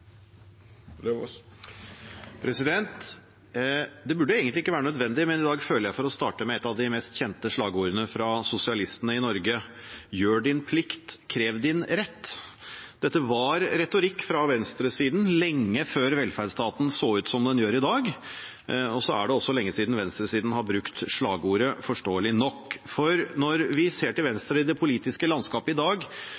avslutta. Det burde egentlig ikke være nødvendig, men i dag føler jeg for å starte med et av de mest kjente slagordene fra sosialistene i Norge: «Gjør din plikt, krev din rett.» Dette var retorikk fra venstresiden lenge før velferdsstaten så ut som den gjør i dag, og det er også lenge siden venstresiden har brukt slagordet – forståelig nok. Når vi ser til